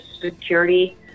security